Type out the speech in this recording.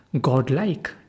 godlike